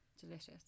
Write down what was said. delicious